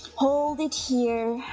hold it here,